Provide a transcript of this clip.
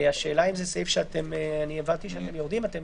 אני הבנתי שאתם יורדים ממנו?